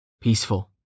peaceful